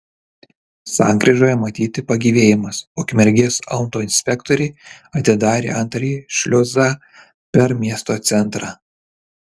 sankryžoje matyti pagyvėjimas ukmergės autoinspektoriai atidarė antrąjį šliuzą per miesto centrą